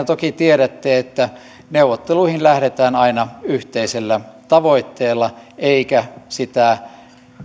toki tiedätte että neuvotteluihin lähdetään aina yhteisellä tavoitteella eikä sitä